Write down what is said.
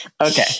Okay